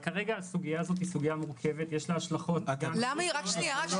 ברור שמדובר בסוגיה מורכבת שיש לה השלכות --- למה היא יותר